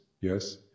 yes